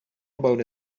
about